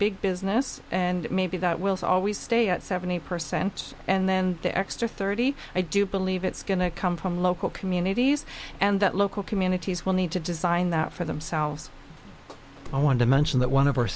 big business and maybe that will always stay at seventy percent and then the extra thirty i do believe it's going to come from local communities and local communities will need to design that for themselves i want to mention that one of